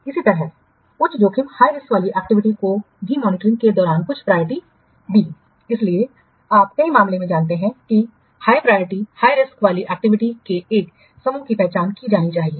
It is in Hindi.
इसी तरह उच्च जोखिम वाली एक्टिविटीयों को भी मॉनिटरिंग के दौरान कुछ प्रायोरिटी दी इसलिए आप कई मामलों में जानते हैं कि उच्च जोखिम वाली एक्टिविटीयों के एक समूह की पहचान की जानी चाहिए